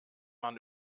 man